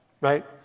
right